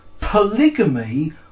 polygamy